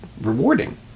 rewarding